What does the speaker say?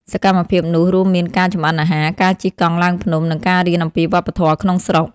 សកម្មភាពនោះរួមមានការចម្អិនអាហារ ការជិះកង់ឡើងភ្នំ និងការរៀនអំពីវប្បធម៌ក្នុងស្រុក។